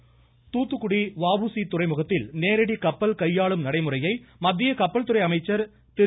துாத்துகுடி துாத்துகுடி வஉசி துறைமுகத்தில் நேரடி கப்பல் கையாளும் நடைமுறையை மத்திய கப்பல்துறை அமைச்சர் திரு